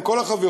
עם כל החברות,